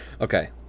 Okay